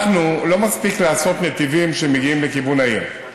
לא מספיק לעשות נתיבים שמגיעים לכיוון העיר,